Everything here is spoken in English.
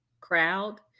crowd